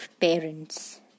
parents